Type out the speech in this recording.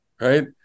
right